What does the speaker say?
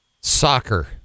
Soccer